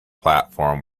platform